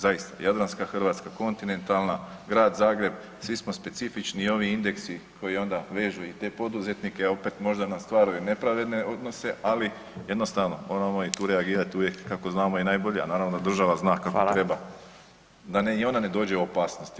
Zaista, jadranska Hrvatska, kontinentalna, Grad Zagreb, svi smo specifični i ovi indeksi koji onda vežu i te poduzetnike opet možda nam stvaraju nepravedne odnose ali jednostavno moramo i tu reagirati uvijek kako znamo i najbolje, a naravno da država zna kako treba [[Upadica: Hvala.]] da i ona ne dođe u opasnosti.